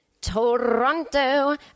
Toronto